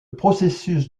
processus